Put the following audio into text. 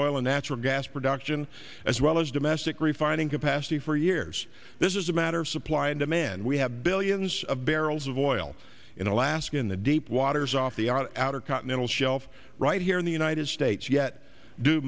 oil and natural gas production as well as domestic refining capacity for years this is a matter of supply and demand we have billions of barrels of oil in alaska in the deep waters off the outer continental shelf right here in the united states yet d